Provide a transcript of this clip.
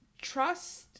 trust